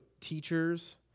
teachers